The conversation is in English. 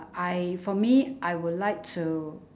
I for me I would like to